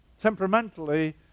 Temperamentally